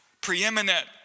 preeminent